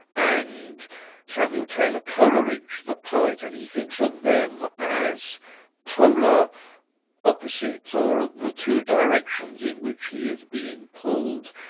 and samuel taylor coleridge, the poet, and he thinks of them as polar opposites, or the two directions in which he is being pulled.